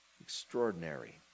Extraordinary